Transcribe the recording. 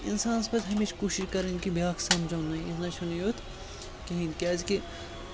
اِنسانَس پَزِ ہمیشہِ کوٗشِش کَرٕنۍ کہِ بیٛاکھ سَمجھاوُن نہ یہِ نہٕ حظ چھُنہ یُتھ کِہیٖنۍ کیٛازِکہِ